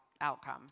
outcome